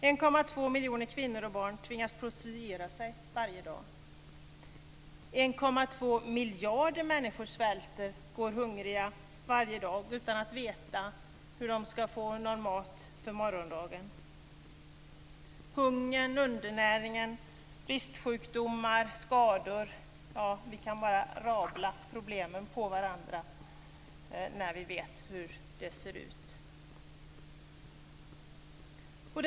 1,2 miljoner kvinnor och barn tvingas prostituera sig varje dag. 1,2 miljarder människor svälter och går hungriga varje dag utan att veta hur de ska få mat för morgondagen. Hunger, undernäring, bristsjukdomar och skador är problem som vi kan rada på varandra.